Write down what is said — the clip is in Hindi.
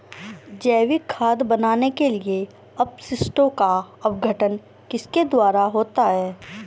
जैविक खाद बनाने के लिए अपशिष्टों का अपघटन किसके द्वारा होता है?